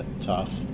tough